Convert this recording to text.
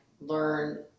learn